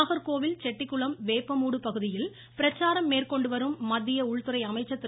நாகர்கோவில் செட்டிகுளம் வேப்பமூடு பகுதியில் பிரச்சாரம் மேற்கொண்டு வரும் மத்திய உள்துறை அமைச்சர் திரு